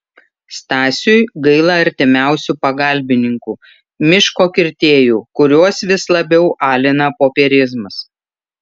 stasiui gaila artimiausių pagalbininkų miško kirtėjų kuriuos vis labiau alina popierizmas